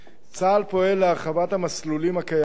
צה"ל פועל להרחבת המסלולים הקיימים,